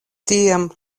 tiam